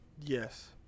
Yes